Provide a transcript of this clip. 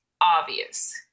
obvious